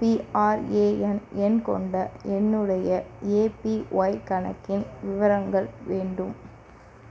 PRAN எண் கொண்ட என்னுடைய ஏபிஒய் கணக்கின் விவரங்கள் வேண்டும்